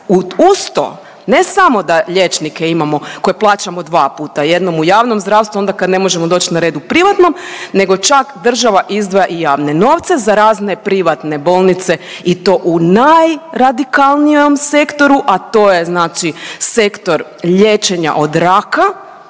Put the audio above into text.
Uz to ne samo da liječnike imamo koje plaćamo dva puta jednom u javnom zdravstvu, a onda kad ne možemo doć na red u privatnom nego čak država izdvaja i javne novce za razne privatne bolnice i to u najradikalnijem sektoru, a to je sektor liječenja od raka,